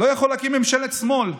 לא יכול להקים ממשלת שמאל,